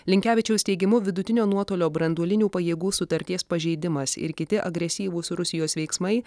linkevičiaus teigimu vidutinio nuotolio branduolinių pajėgų sutarties pažeidimas ir kiti agresyvūs rusijos veiksmai